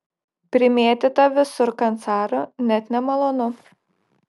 primėtyta visur kancarų net nemalonu